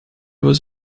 was